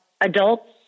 adults